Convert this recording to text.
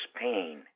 pain